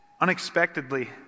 Unexpectedly